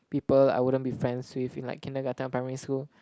people I wouldn't be friends with in like kindergarten and primary school